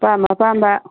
ꯑꯄꯥꯝ ꯑꯄꯥꯝꯕ